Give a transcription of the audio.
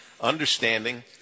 understanding